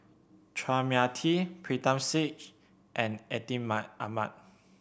Chua Mia Tee Pritam Singh and Atin Amat